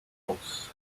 house